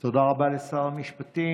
תודה רבה לשר המשפטים.